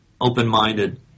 open-minded